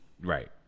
right